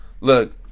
look